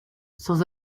sans